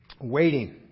Waiting